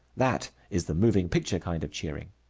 that is the moving picture kind of cheering.